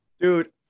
Dude